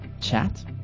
chat